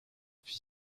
fit